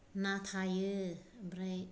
ना थायो ओमफ्राय